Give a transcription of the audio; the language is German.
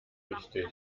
wichtig